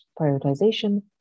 prioritization